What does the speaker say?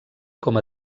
com